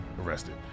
arrested